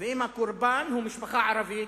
ואם הקורבן הוא משפחה ערבית.